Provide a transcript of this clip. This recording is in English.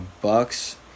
Bucks